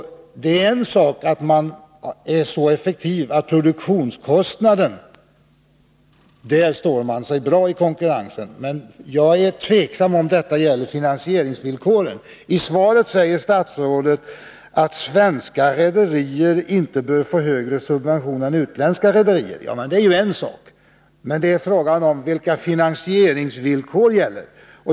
Varvet är så effektivt att det i fråga om produktionskostnaden står sig bra i konkurrensen, men jag är tveksam om huruvida detta gäller för finansieringsvillkoren. I svaret säger statsrådet att svenska rederier inte bör få högre subventioner än utländska rederier. Ja, det är en sak, men nu är det fråga om vilka finansieringsvillkor som gäller.